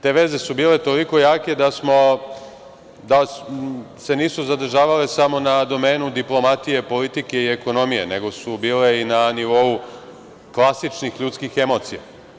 Te veze su bile toliko jake da se nisu zadržavale samo na domenu diplomatije, politike i ekonomije, nego su bile i na nivou klasičnih ljudskih emocija.